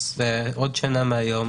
זה עוד שנה מהיום.